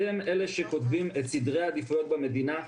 אתם אלה שקובעים את סדרי העדיפויות במדינה.